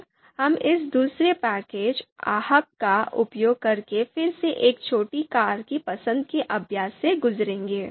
अब हम इस दूसरे पैकेज ahp का उपयोग करके फिर से एक छोटी कार की पसंद के अभ्यास से गुजरेंगे